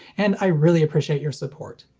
and i really appreciate your support.